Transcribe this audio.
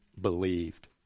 believed